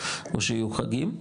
או שיהיו חגים,